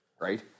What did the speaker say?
right